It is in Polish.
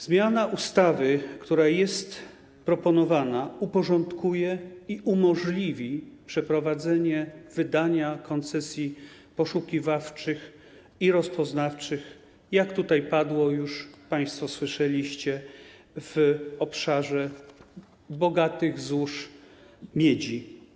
Zmiana ustawy, która jest proponowana, uporządkuje i umożliwi przeprowadzenie wydania koncesji poszukiwawczych i rozpoznawczych - jak tutaj już padło, państwo słyszeliście - w obszarze bogatych złóż miedzi.